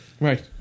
Right